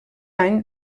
any